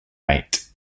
mate